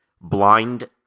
blind